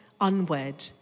unwed